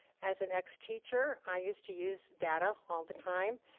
as an ex teacher, i used to use data all the time.